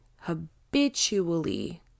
habitually